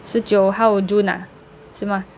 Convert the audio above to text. :十九号shi jiu hao june ah 是吗